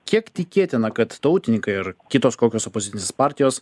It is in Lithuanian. kiek tikėtina kad tautininkai ir kitos kokios opozicinės partijos